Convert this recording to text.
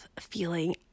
feeling